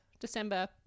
December